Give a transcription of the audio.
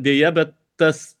deja bet tas